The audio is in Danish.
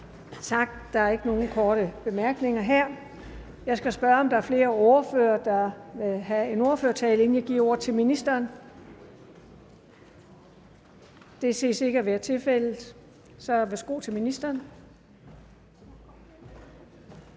Tak. Der er ikke nogen korte bemærkninger her. Jeg skal spørge, om der er flere ordførere, der vil have en ordførertale, inden jeg giver ordet til ministeren. Det ses ikke at være tilfældet, så værsgo til ministeren.